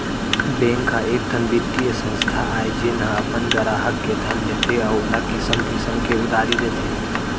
bank ह एकठन बित्तीय संस्था आय जेन ह अपन गराहक ले धन लेथे अउ ओला किसम किसम के उधारी देथे